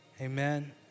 Amen